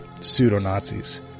pseudo-Nazis